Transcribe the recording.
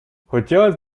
хотелось